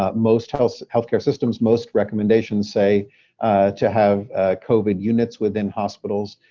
ah most health health care systems, most recommendations say to have covid units within hospitals,